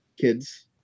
kids